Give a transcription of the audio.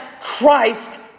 Christ